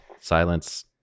silence